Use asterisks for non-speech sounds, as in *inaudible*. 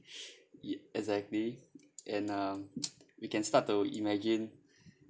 y~ exactly and uh *noise* we can start to imagine